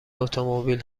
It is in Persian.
اتومبیل